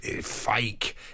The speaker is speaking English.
Fake